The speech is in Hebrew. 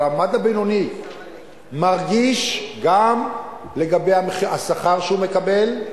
אבל המעמד הבינוני מרגיש גם לגבי השכר שהוא מקבל,